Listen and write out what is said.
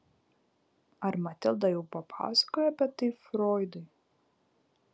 ar matilda jau papasakojo apie tai froidui